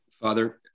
Father